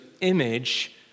image